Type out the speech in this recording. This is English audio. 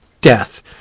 death